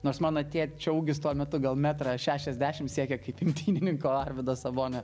nors mano tėčio ūgis tuo metu gal metras šešiasdešim siekė kaip imtynininko o arvydo sabonio